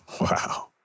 Wow